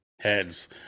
Heads